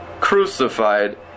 crucified